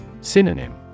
Synonym